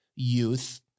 Youth